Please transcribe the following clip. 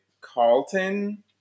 Carlton